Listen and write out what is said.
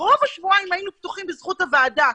בזכות הוועדה,